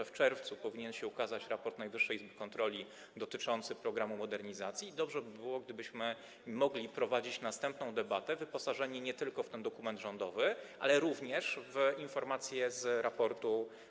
W czerwcu powinien ukazać się raport Najwyższej Izby Kontroli dotyczący programu modernizacji i dobrze by było, gdybyśmy mogli przeprowadzić następną debatę wyposażeni nie tylko w dokument rządowy, lecz także w informacje z tego raportu.